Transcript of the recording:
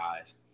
eyes